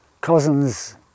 cousins